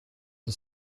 این